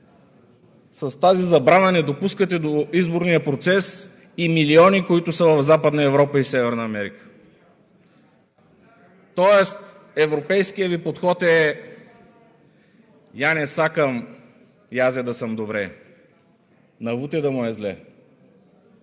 С тази забрана не допускате до изборния процес и милиони, които са в Западна Европа и Северна Америка. Тоест европейският Ви подход е: „Я не сакам язе да съм добре, а на Вуте да му е зле.“